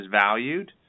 valued